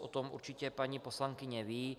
O tom určitě paní poslankyně ví.